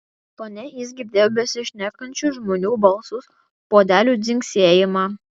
fone jis girdėjo besišnekančių žmonių balsus puodelių dzingsėjimą